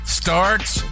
starts